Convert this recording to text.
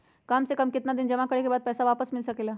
काम से कम केतना दिन जमा करें बे बाद पैसा वापस मिल सकेला?